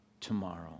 tomorrow